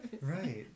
Right